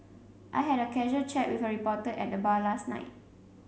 I had a casual chat with a reporter at the bar last night